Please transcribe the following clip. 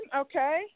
okay